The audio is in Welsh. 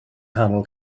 nghanol